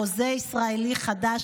חוזה ישראלי חדש,